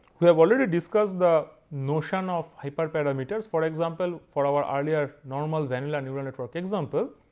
we have already discussed the notion of hyper parameters. for example for our earlier normal vanilla neural network example.